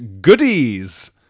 goodies